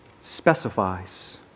specifies